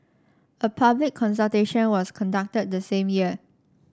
a public consultation was conducted the same year